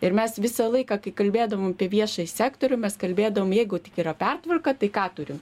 ir mes visą laiką kai kalbėdavom apie viešąjį sektorių mes kalbėdavom jeigu tik yra pertvarka tai ką turiu